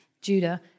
Judah